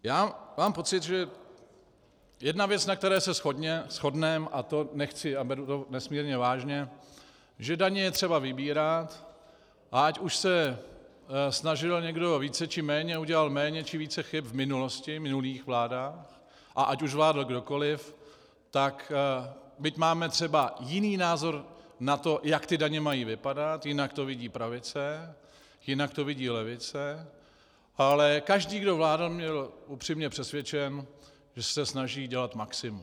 Já mám pocit, že jedna věc, na které se shodneme, a to nechci a beru to nesmírně vážně, že daně je třeba vybírat, a ať už se snažil někdo více či méně, udělal méně či více chyb v minulosti, v minulých vládách, a ať už vládl kdokoliv, tak byť máme třeba jiný názor na to, jak daně mají vypadat, jinak to vidí pravice, jinak to vidí levice, ale každý, kdo vládl, byl upřímně přesvědčen, že se snaží dělat maximum.